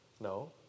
No